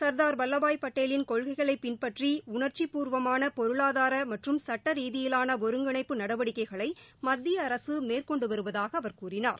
சர்தார் வல்வபாய் பட்டேலின் கொள்கைகளை பின்பற்றி உணர்ச்சிபூர்வமான பொருளாதார மற்றும் சுட்ட ரீதியிலான ஒருங்கிணைப்பு நடவடிக்கைகளை மத்திய அரசு மேற்கொண்டு வருவதாக அவர் கூறினார்